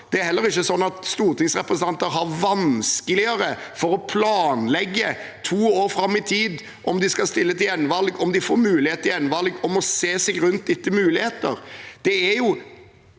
stortingsrepresentanter har vanskeligere for å planlegge to år fram i tid – om de skal stille til gjenvalg, om de får mulighet til gjenvalg og om å se seg rundt etter muligheter.